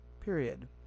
Period